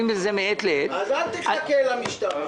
בשריפות מעת לעת --- אז אל תחכה למשטרה,